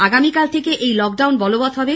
আগামীকাল থেকে এই লকডাউন বলবত্ হবে